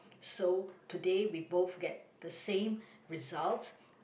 so today we both get the same results